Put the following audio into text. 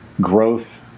growth